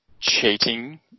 cheating